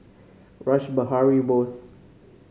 Rash Behari Bose